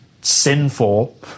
sinful